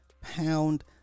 pound